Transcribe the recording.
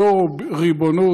זו ריבונות.